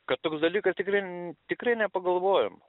kad toks dalykas tikrai tikrai nepagalvojom